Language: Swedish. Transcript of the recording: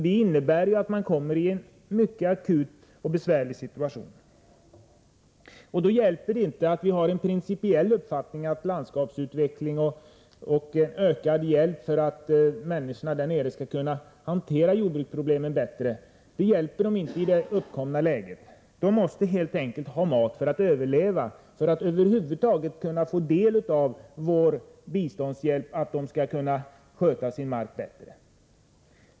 Det innebär att människorna där nere råkar i en mycket besvärlig situation där de behöver akut hjälp. Då hjälper det inte att vi här har en principiell uppfattning om landskapsutveckling och om utökad hjälp till människorna där nere, så att de kan klara sina jordbruksproblem bättre. Det hjälper inte människorna i det uppkomna läget. De måste helt enkelt ha mat för att kunna överleva. Det är nödvändigt för att de skall kunna få del av vårt bistånd och på det sättet kunna sköta sin mark bättre.